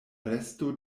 resto